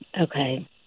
Okay